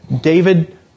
David